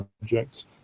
projects